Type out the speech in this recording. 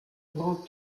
grand